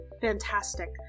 Fantastic